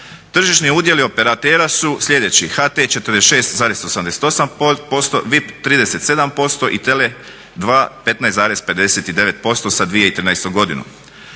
Tržišni udjeli operatera su sljedeći: HT 46,88%, VIP 37% i TELE 2 15,59% sa 2013. godinom.